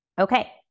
Okay